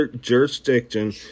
jurisdiction